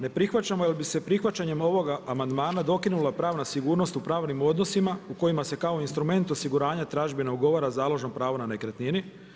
Ne prihvaćamo jer bi se prihvaćanjem ovoga amandmana dokinula pravna sigurnost u pravnim odnosima u kojima se kao instrument osiguranja tražbina ugovora založno pravo na nekretnini.